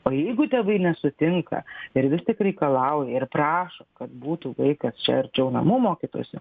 o jeigu tėvai nesutinka ir vis tik reikalauja ir prašo kad būtų vaikas čia arčiau namų mokytųsi